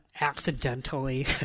accidentally